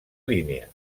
línia